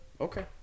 okay